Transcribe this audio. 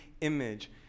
image